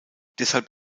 deshalb